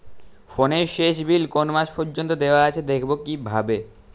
ফোনের শেষ বিল কোন মাস পর্যন্ত দেওয়া আছে দেখবো কিভাবে?